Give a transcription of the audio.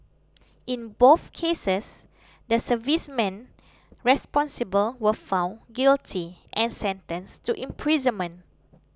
in both cases the servicemen responsible were found guilty and sentenced to imprisonment